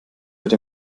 wird